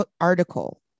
article